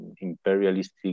imperialistic